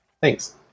Thanks